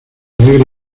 alegra